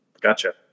Gotcha